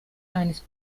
eines